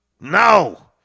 no